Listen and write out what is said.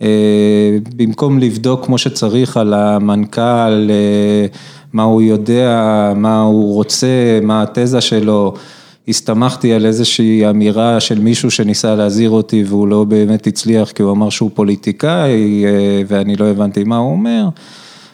במקום לבדוק כמו שצריך על המנכל, מה הוא יודע, מה הוא רוצה, מה התזה שלו, הסתמכתי על איזושהי אמירה של מישהו שניסה להזהיר אותי והוא לא באמת הצליח כי הוא אמר שהוא פוליטיקאי ואני לא הבנתי מה הוא אומר...